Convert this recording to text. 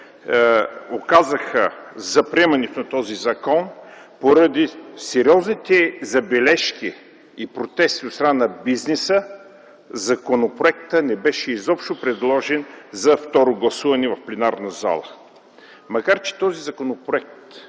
оказаха за приемането на този закон, поради сериозните забележки и протест от страна на бизнеса законопроектът не беше изобщо предложен за второ гласуване в пленарна зала. Макар че този законопроект